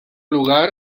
lugar